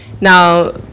Now